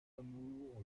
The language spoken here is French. amour